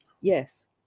Yes